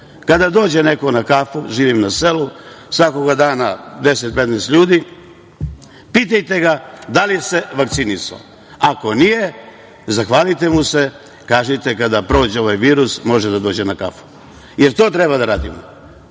kada dođe neko na kafu, živim na selu, svakoga dana 10-15 ljudi, pita da li se vakcinisao. Ako nije, zahvalite mu se i kažite -kada prođe ovaj virus može da dođe na kafu. Da li to treba da radimo,